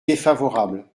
défavorable